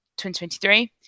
2023